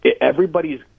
everybody's